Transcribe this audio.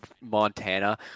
Montana